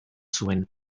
zuen